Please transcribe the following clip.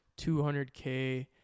200K